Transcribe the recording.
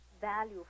value